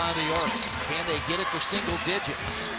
and get it to single digits?